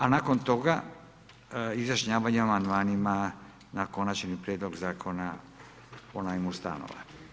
A nakon toga, izjašnjavanje o amandmanima, na konačni prijedlog zakona o najmu stanova.